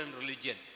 religion